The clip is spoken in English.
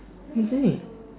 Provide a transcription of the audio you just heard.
hasn't it